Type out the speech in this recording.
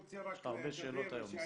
יש לך הרבה שאלות היום, עיסאווי.